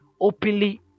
openly